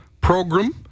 program